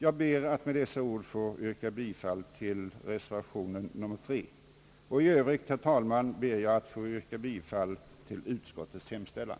Jag ber att med dessa ord få yrka bifall till reservation nr 3. För övrigt, herr talman, ber jag att få yrka bifall till utskottets hemställan.